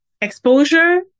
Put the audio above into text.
Exposure